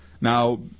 now